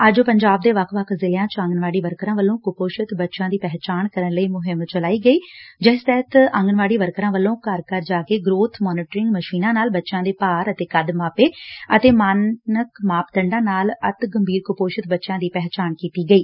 ਅੱਜ ਪੰਜਾਬ ਦੇ ਵੱਖ ਵੱਖ ਜ਼ਿਲ੍ਹਿਆ ਚ ਆਂਗਣਵਾੜੀ ਵਰਕਰਾਂ ਵੱਲੋਂ ਕੁਪੋਸ਼ਿਤ ਬੱਚਿਆਂ ਦੀ ਪਹਿਚਾਣ ਕਰਨ ਲਈ ਮੁਹਿੰਮ ਚਲਾਈ ਗਈ ਜਿਸ ਤਹਿਤ ਆਂਗਣਵਾੜੀ ਵਰਕਰਾਂ ਵੱਲੋਂ ਘਰ ਘਰ ਜਾਕੇ ਗਰੋਬ ਮਾਨੀਟਰਿੰਗ ਮਸ਼ੀਨਾਂ ਨਾਲ ਬੱਚਿਆਂ ਦੇ ਭਾਰ ਅਤੇ ਕੱਦ ਮਾਪੇ ਅਤੇ ਮਾਨਕ ਮਾਪਦੰਡਾਂ ਨਾਲ ਅਤਿ ਗੰਭੀਰ ਕੁਪੋਸ਼ਿਤ ਬੱਚਿਆਂ ਦੀ ਪਹਿਚਾਣ ਕੀਤੀ ਗਈ